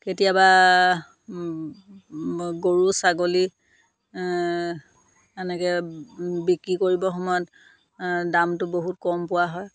কেতিয়াবা গৰু ছাগলী এনেকৈ বিক্ৰী কৰিব সময়ত দামটো বহুত কম পোৱা হয়